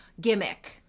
gimmick